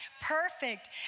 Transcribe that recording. perfect